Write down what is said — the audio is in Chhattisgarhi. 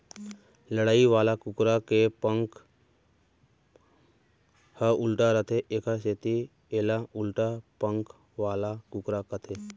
लड़ई वाला कुकरा के पांख ह उल्टा रथे एकर सेती एला उल्टा पांख वाला कुकरा कथें